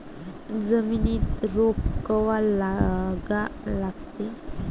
जमिनीत रोप कवा लागा लागते?